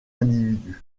individus